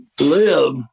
live